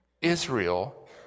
Israel